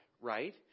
right